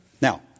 Now